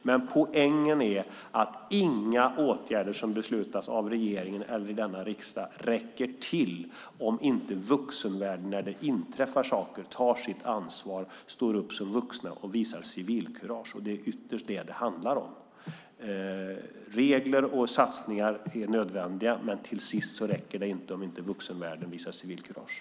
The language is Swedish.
Men poängen är att inga åtgärder som beslutas av regeringen eller denna riksdag räcker till om inte de vuxna, när det inträffar saker, tar sitt ansvar, står upp som vuxna och visar civilkurage. Det är ytterst vad det handlar om. Regler och satsningar är nödvändiga, men till sist räcker det inte om inte vuxenvärlden visar civilkurage.